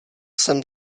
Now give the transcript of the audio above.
jsem